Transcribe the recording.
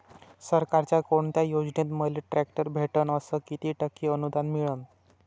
सरकारच्या कोनत्या योजनेतून मले ट्रॅक्टर भेटन अस किती टक्के अनुदान मिळन?